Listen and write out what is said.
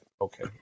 Okay